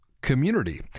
community